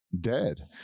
dead